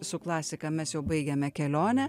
su klasika mes jau baigiame kelionę